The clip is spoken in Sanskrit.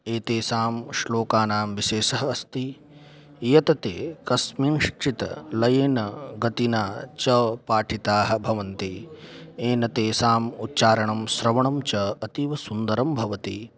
एतेषां श्लोकानां विशेषः अस्ति यत् ते कस्मिन् शिक्षितलयेन गतिना च पाठिताः भवन्ति येन तेषाम् उच्चारणं श्रवणं च अतीवसुन्दरं भवति